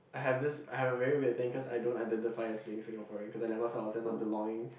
I have this I have a very weird thing cause I don't identify as being Singaporean cause I've never felt the sense of belonging